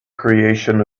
creation